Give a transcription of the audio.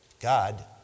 God